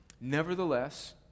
Nevertheless